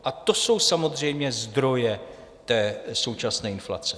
A to jsou samozřejmě zdroje současné inflace.